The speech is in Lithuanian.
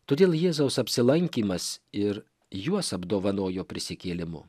todėl jėzaus apsilankymas ir juos apdovanojo prisikėlimu